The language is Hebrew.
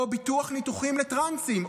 או ביטול ניתוחים לטרנסים,